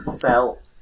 felt